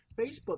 Facebook